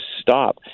stop